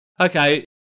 Okay